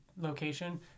location